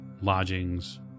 lodgings